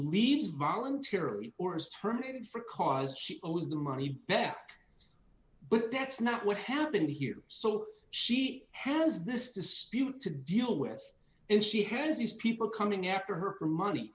leaves volunteer or is terminated for cause she owes the money back but that's not what happened here so she has this dispute to deal with and she has these people coming after her money